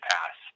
Pass